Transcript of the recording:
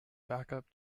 backup